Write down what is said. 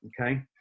okay